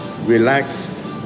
relaxed